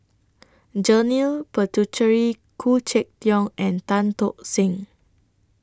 Janil Puthucheary Khoo Check Tiong and Tan Tock Seng